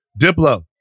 Diplo